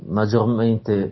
maggiormente